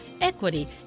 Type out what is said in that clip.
equity